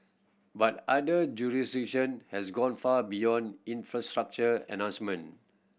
but other jurisdiction has gone far beyond infrastructure enhancement